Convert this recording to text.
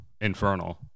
infernal